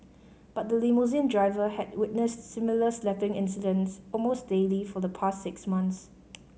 but the limousine driver had witnessed similar slapping incidents almost daily for the past six months